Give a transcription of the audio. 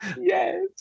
yes